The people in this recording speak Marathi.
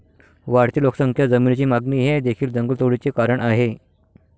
वाढती लोकसंख्या, जमिनीची मागणी हे देखील जंगलतोडीचे कारण आहे